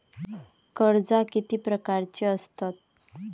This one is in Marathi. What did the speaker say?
कर्जा किती प्रकारची आसतत